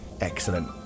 Excellent